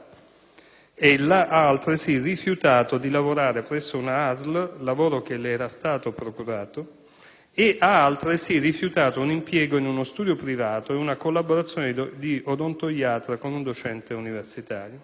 Ella ha, altresì, rifiutato di lavorare presso una ASL, lavoro che le era stato procurato, ed ha altresì rifiutato un impiego in uno studio privato e una collaborazione di odontoiatra con un docente universitario.